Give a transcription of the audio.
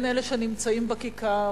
אם אלה שנמצאים בכיכר,